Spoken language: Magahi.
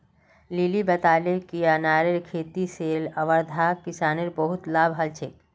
लिली बताले कि अनारेर खेती से वर्धार किसानोंक बहुत लाभ हल छे